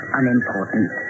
unimportant